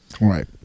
Right